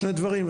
שני דברים,